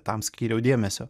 tam skyriau dėmesio